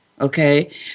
okay